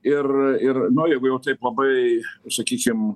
ir ir na jeigu jau taip labai sakykim